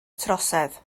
trosedd